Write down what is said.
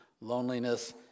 loneliness